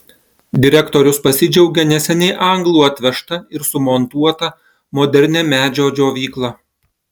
direktorius pasidžiaugė neseniai anglų atvežta ir sumontuota modernia medžio džiovykla